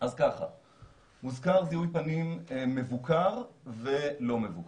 הוזכר זיהוי פנים מבוקר ולא מבוקר.